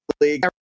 League